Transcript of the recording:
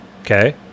Okay